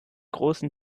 großen